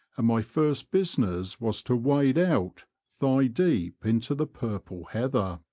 and my first business was to wade out thigh-deep into the purple heather.